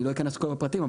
אני לא אכנס לכל הפרטים,